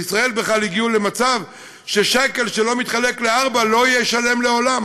בישראל בכלל הגיעו למצב ששקל שלא מתחלק לארבע לא יהיה שלם לעולם,